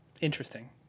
Interesting